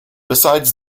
besides